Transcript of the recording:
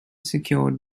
secured